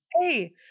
Hey